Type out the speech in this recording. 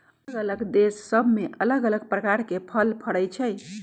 अल्लग अल्लग देश सभ में अल्लग अल्लग प्रकार के फल फरइ छइ